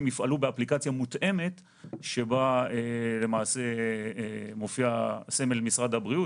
הם יפעלו באפליקציה מותאמת שבה מופיע סמל משרד הבריאות,